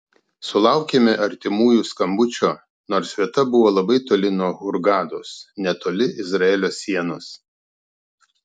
sulaukėme artimųjų skambučių nors vieta buvo labai toli nuo hurgados netoli izraelio sienos